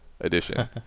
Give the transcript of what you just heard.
Edition